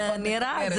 נירה,